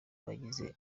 abagize